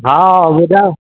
हा ॿुधायो